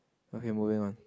okay moving on